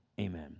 amen